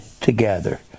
together